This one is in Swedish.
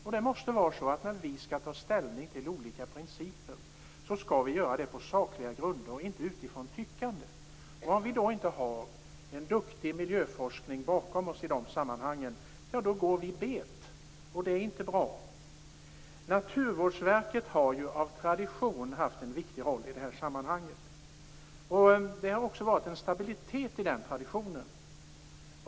När vi skall ta ställning till olika principer skall vi göra det på sakliga grunder och inte utifrån tyckande. Om vi då inte har en duktig miljöforskning bakom oss i de sammanhangen går vi bet, och det är inte bra. Naturvårdsverket har av tradition haft en viktig roll i detta sammanhang. Det har också varit en stabilitet i den traditionen.